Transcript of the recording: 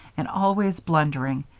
and always blundering,